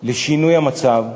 לשינוי המצב,